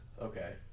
Okay